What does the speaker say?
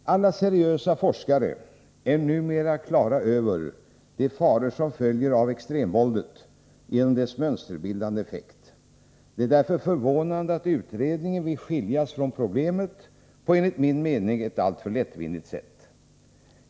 Alla seriösa forskare är numera på det klara med de faror som följer av extremvåldet genom dess mönsterbildande effekt. Det är därför förvånande att utredningen vill skiljas från problemet på ett enligt min mening alltför lättvindigt sätt.